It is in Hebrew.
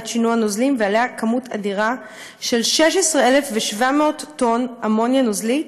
שינוע נוזלים ועליה כמות אדירה של 16,700 טון אמוניה נוזלית